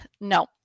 no